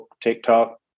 TikTok